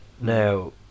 now